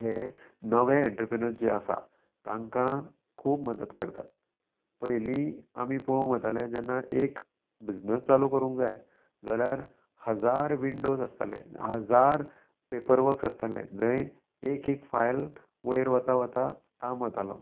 हें नवे एंटरप्रेन्युर जे आसा तांकां खूब मदत करतात पयलीं आमी पोवंक वताले जेन्ना एक बिजनस चालू करूंक जाय जाल्यार हजार विंडोज आसताले हजार पेपर वर्क्स आसताले जंय एक एक फायल वयर वता वता टायम वतालो